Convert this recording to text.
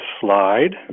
slide